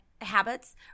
habits